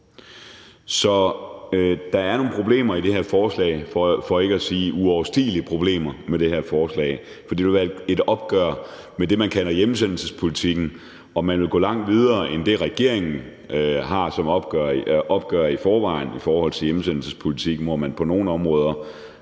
Så der er nogle problemer i det her forslag, for ikke at sige uoverstigelige problemer med det her forslag, for det vil være et opgør med det, man kalder hjemsendelsespolitikken, og man vil gå langt videre end det, regeringen har som opgave i forvejen i forhold til hjemsendelsespolitikken, hvor man på nogle områder